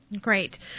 Great